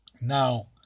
Now